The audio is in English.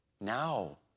Now